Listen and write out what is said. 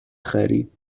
خرید